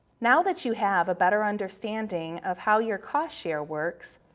now that you have a better understanding of how your cost share works,